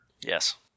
Yes